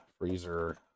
freezer